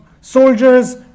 soldiers